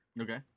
okay